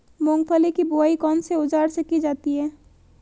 मूंगफली की बुआई कौनसे औज़ार से की जाती है?